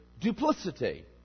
duplicity